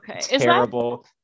terrible